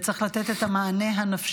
וצריך לתת את המענה הנפשי.